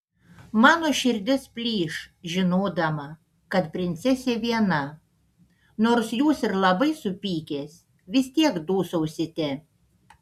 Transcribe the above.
mano širdis plyš žinodama kad princesė viena nors jūs ir labai supykęs vis tiek dūsausite